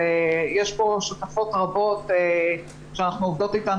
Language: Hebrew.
יש פה שותפות רבות שאנחנו עובדות אתן